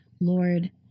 Lord